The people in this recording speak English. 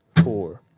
four.